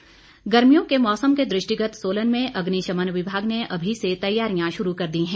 अग्निशमन गर्मियों के मौसम के दृष्टिगत सोलन में अग्निशमन विभाग ने अभी से तैयारियां शुरू कर दीं हैं